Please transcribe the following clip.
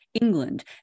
england